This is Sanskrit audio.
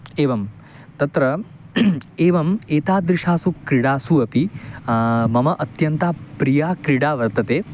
एवं तत्र एवम् एतादृशीषु क्रीडासु अपि मम अन्यन्ता प्रिया क्रीडा वर्तते